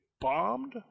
bombed